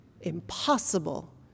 impossible